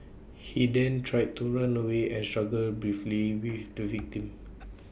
he then tried to run away and struggled briefly with the victim